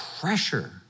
pressure